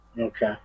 Okay